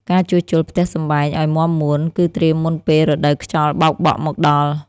ការជួសជុលផ្ទះសម្បែងឱ្យមាំមួន គឺត្រៀមមុនពេលរដូវខ្យល់បោកបក់មកដល់។